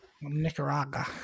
Nicaragua